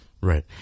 Right